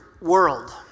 world